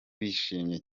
bishimiye